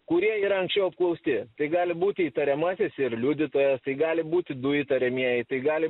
kurie yra anksčiau apklausti tai gali būti įtariamasis ir liudytojas tai gali būti du įtariamieji tai gali